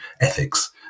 ethics